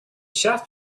shop